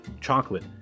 chocolate